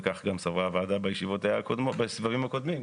וכך גם סברה הוועדה בסבבים הקודמים,